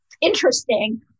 interesting